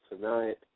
Tonight